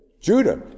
Judah